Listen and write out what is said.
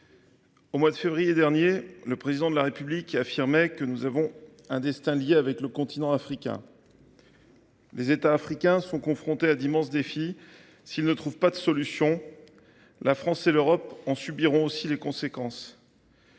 au mois de février dernier, le Président de la République affirmait :« Nous avons un destin lié avec le continent africain. » Les États africains sont confrontés à d’immenses défis. S’ils ne trouvent pas de solutions, la France et l’Europe en subiront aussi les conséquences.